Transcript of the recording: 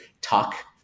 talk